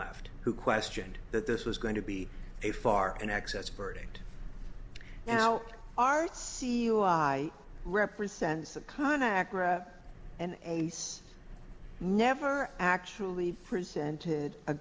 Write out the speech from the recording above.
left who questioned that this was going to be a far in excess verdict now arts i represents a contact grab and ace never actually presented a